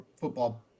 football